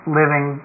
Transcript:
living